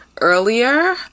earlier